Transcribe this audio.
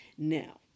now